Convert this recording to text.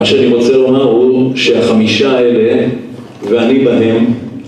מה שאני רוצה לומר הוא שהחמישה האלה ואני בהן